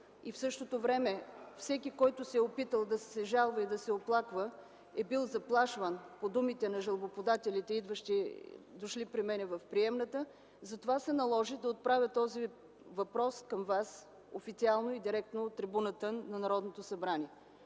а в същото време всеки, който се е опитал да се жалва и да се оплаква, е бил заплашван – по думите на жалбоподавателите, дошли при мен в приемната. Затова се наложи да отправя този въпрос към Вас официално и директно от трибуната на Народното събрание.